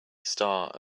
star